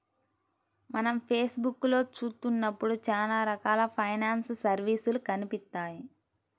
మనం ఫేస్ బుక్కులో చూత్తన్నప్పుడు చానా రకాల ఫైనాన్స్ సర్వీసులు కనిపిత్తాయి